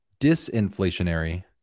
disinflationary